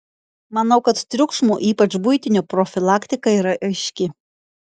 manau kad triukšmo ypač buitinio profilaktika yra aiški